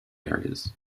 areas